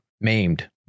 maimed